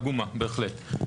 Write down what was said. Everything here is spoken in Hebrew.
עגומה בהחלט.